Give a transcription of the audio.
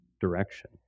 direction